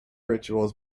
rituals